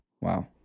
Wow